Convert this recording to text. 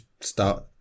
start